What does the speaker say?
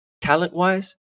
talent-wise